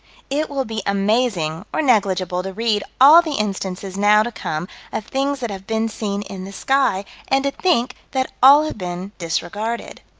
it will be amazing or negligible to read all the instances now to come of things that have been seen in the sky, and to think that all have been disregarded.